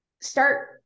start